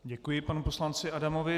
Děkuji panu poslanci Adamovi.